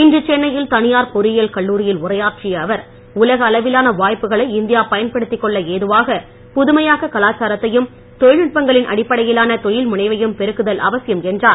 இன்று சென்னையில் தனியார் பொறியியல் கல்லூரில் உரையாற்றிய அவர் உலகஅளவிலான வாய்ப்புகளை இந்தியா பயன்படுத்திக் கொள்ள ஏதுவாக புதுமையாக்க கலாச்சாரத்தையும் தொழில்நுட்பங்களின் அடிப்படையிலான தொழில் முனைவையும் பெருக்குதல் அவசியம் என்றார்